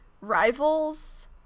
rivals